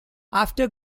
after